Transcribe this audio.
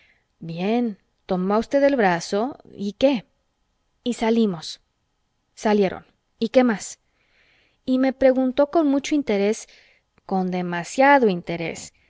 tomó a usted del brazo y qué y salimos salieron y qué más y me preguntó con mucho interés con demasiado interés